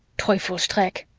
teufelsdreck!